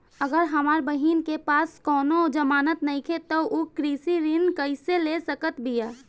अगर हमार बहिन के पास कउनों जमानत नइखें त उ कृषि ऋण कइसे ले सकत बिया?